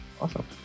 Awesome